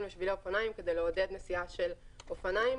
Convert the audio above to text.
לשבילי אופניים כדי לעודד נסיעה על אופניים.